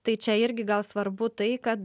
tai čia irgi gal svarbu tai kad